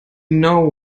know